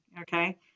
Okay